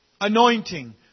anointing